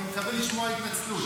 אני מקווה לשמוע התנצלות.